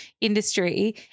industry